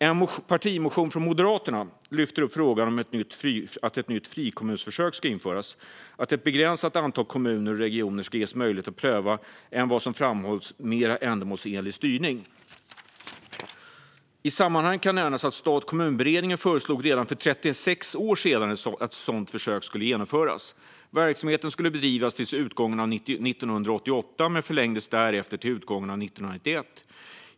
En partimotion från Moderaterna lyfter upp frågan om att ett nytt frikommunsförsök ska införas och att ett begränsat antal kommuner och regioner ska ges möjlighet att pröva en, enligt vad som framhålls, mer ändamålsenlig styrning. I sammanhanget kan nämnas att Stat-kommunberedningen redan för 36 år sedan föreslog att ett sådant försök skulle genomföras. Verksamheten skulle bedrivas till utgången av 1988 men förlängdes därefter till utgången av 1991.